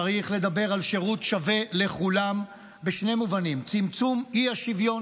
צריך לדבר על שירות שווה לכולם בשני מובנים: צמצום האי-שוויון